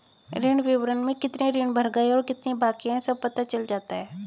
ऋण विवरण में कितने ऋण भर गए और कितने बाकि है सब पता चल जाता है